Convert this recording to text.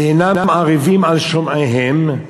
ואינם ערבים על שומעיהם,